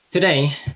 Today